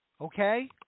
Okay